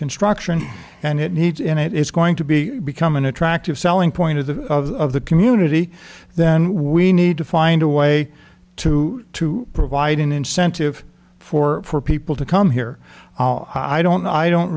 construction and it needs and it's going to be become an attractive selling point of the of the community then we need to find a way to to provide an incentive for people to come here i don't know i don't